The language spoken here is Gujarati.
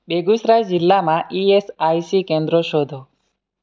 બેગુસરાઈ જિલ્લામાં ઇ એસ આઇ સી કેન્દ્રો શોધો